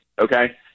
Okay